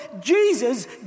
Jesus